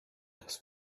dass